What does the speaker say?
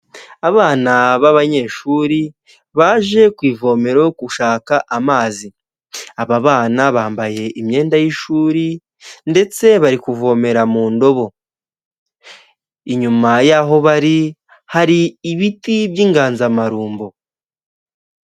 Abana b'abanyeshuri baje ku ivome gushaka amazi, aba bana bambaye imyenda y'ishuri ndetse bari kuvomera mu ndobo, inyuma y'aho bari hari ibiti by'inganzamarumbo.